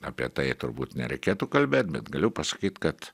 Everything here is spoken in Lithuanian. apie tai turbūt nereikėtų kalbėt bet galiu pasakyt kad